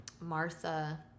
Martha